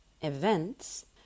events